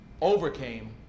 overcame